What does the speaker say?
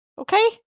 Okay